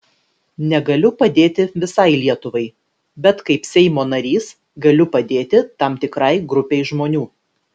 negaliu padėti visai lietuvai bet kaip seimo narys galiu padėti tam tikrai grupei žmonių